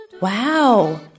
Wow